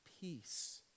peace